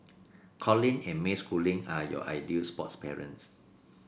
Colin and May Schooling are your ideal sports parents